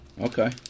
Okay